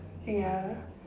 ya